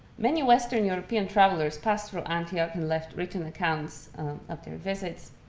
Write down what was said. many western european travelers passed through antioch and left written accounts of their visits.